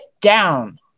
down